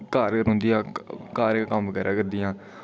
घर गै रौंह्दियां घर गै कम्म करै करदियां